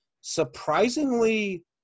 surprisingly –